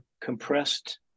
compressed